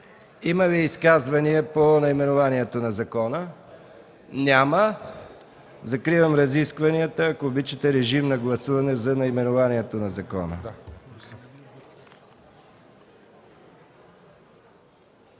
Има ли изказвания по наименованието на закона? Няма. Закривам разискванията. Режим на гласуване за наименованието на закона.